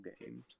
games